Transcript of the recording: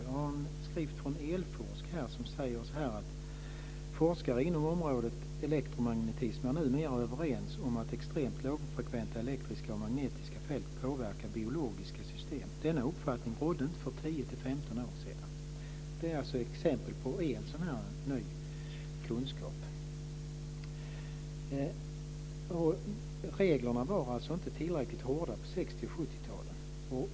Jag har en skrift från Elforsk där det sägs följande: "Forskare inom området elektromagnetism är numera överens om att extremt lågfrekventa elektriska och magnetiska fält påverkar biologiska system. Denna uppfattning rådde inte för 10-15 år sedan." Det är ett exempel på ny kunskap. Reglerna var inte tillräckligt hårda på 60 och 70-talen.